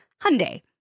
Hyundai